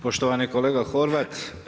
Poštovani kolega Horvat.